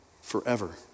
forever